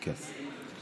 כן.